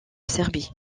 serbie